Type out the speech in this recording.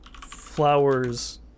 Flowers